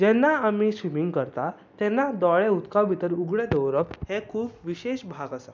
जेन्ना आनी स्विमींग करतात तेन्ना दोळे उदका भितर उघडे दवरप हें खूब विशेश भाग आसा